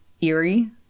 eerie